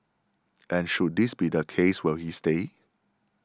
and should this be the case will he stay